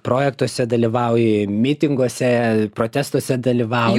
projektuose dalyvauji mitinguose protestuose dalyvauji